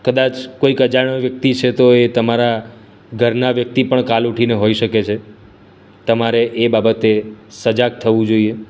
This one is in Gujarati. કદાચ કોઇક અજાણ્યો વ્યક્તિ છે એ તમારા ઘરના વ્યક્તિ પણ કાલે ઊઠીને હોઇ શકે છે તમારે એ બાબતે સજાગ થવું જોઈએ